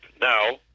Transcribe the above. now